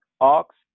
ox